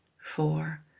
four